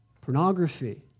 pornography